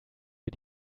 wir